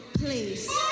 Please